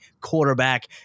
quarterback